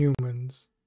humans